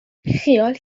خیال